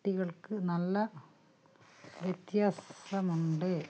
കുട്ടികൾക്ക് നല്ല വ്യത്യാസമുണ്ട്